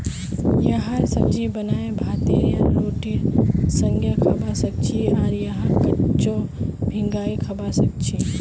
यहार सब्जी बनाए भातेर या रोटीर संगअ खाबा सखछी आर यहाक कच्चो भिंगाई खाबा सखछी